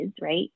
right